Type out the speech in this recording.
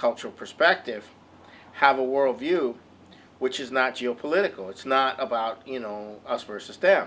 cultural perspective have a worldview which is not geo political it's not about you know us versus them